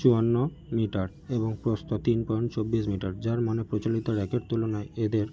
চুয়ান্ন মিটার এবং প্রস্থ তিন পয়েন্ট চব্বিশ মিটার যার মানে প্রচলিত র্যাকের তুলনায় এদের